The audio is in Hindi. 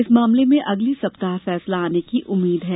इस मामले में अगले सप्ताह फैसला आने की उम्मीद है